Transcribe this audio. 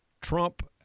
Trump